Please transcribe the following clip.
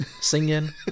singing